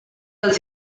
els